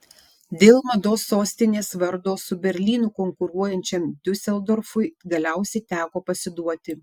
dėl mados sostinės vardo su berlynu konkuruojančiam diuseldorfui galiausiai teko pasiduoti